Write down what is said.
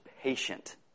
patient